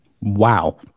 Wow